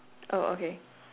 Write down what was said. oh okay